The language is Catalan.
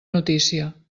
notícia